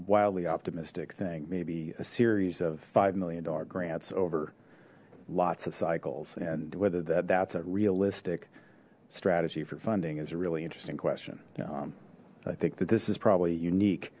wildly optimistic thing maybe a series of five million dollar grants over lots of cycles and whether that that's a realistic strategy for funding is a really interesting question yeah i think that this is probably unique